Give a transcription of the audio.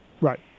Right